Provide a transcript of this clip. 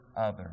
others